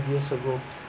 years ago